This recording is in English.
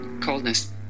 coldness